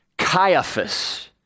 Caiaphas